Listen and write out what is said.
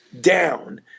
down